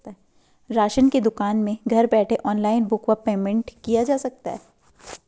Ration की दुकान में घर बैठे ऑनलाइन बुक व पेमेंट किया जा सकता है?